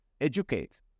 educate